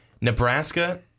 Nebraska